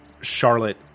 Charlotte